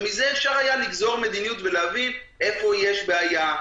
ומזה אפשר היה לגזור מדיניות ולהבין איפה יש בעיה.